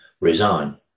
resign